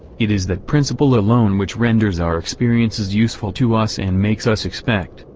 it is that principle alone which renders our experiences useful to us and makes us expect,